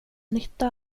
nytta